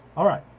all right.